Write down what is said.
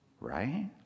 Right